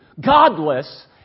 godless